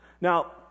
Now